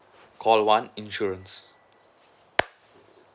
call one insurance